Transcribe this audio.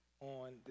on